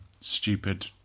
stupid